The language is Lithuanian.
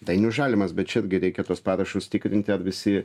dainius žalimas bet čia irgi reikia tuos parašus tikrinti ar visi